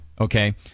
okay